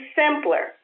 simpler